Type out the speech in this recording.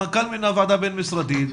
המנכ"ל מינה ועדה בין משרדית,